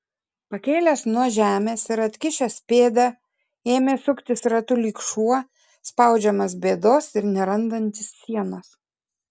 pakėlęs nuo žemės ir atkišęs pėdą ėmė suktis ratu lyg šuo spaudžiamas bėdos ir nerandantis sienos